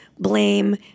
blame